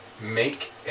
make